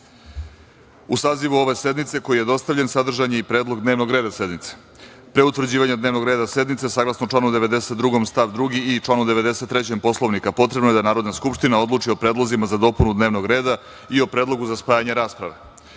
sazivu ove sednice, koji je dostavljen, sadržan je i predlog dnevnog reda sednice. Pre utvrđivanja dnevnog reda sednice, saglasno članu 92. stav 2. i članu 93. Poslovnika, potrebno je da Narodna skupština odluči o predlozima za dopunu dnevnog reda i o predlogu za spajanje rasprave. Narodni